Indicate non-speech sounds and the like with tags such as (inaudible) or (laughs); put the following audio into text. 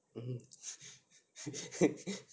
(laughs)